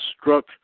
struck